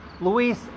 Luis